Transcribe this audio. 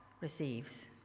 receives